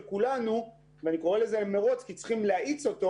כולנו אני קורא לזה "מרוץ" כי צריך להאיץ אותו